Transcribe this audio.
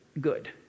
good